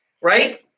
right